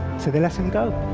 so they let him go.